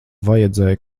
vajadzēja